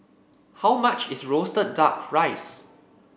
how much is roasted duck rice